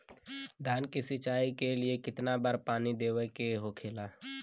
धान की सिंचाई के लिए कितना बार पानी देवल के होखेला?